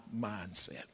mindset